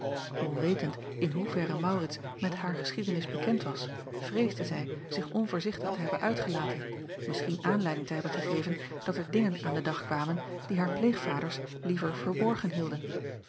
onwetend in hoeverre maurits met haar geschiedenis bekend was vreesde zij zich onvoorzichtig te hebben uitgelaten misschien aanleiding te hebben gegeven dat er dingen aan den dag kwamen die haar pleegvaders liever verborgen hielden